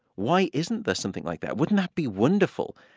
why isn't there something like that? wouldn't that be wonderful?